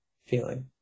feeling